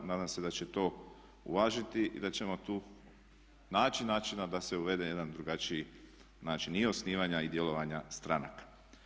Nadam se da će to uvažiti i da ćemo tu naći načina da se uvede jedan drugačiji način i osnivanja i djelovanja stranaka.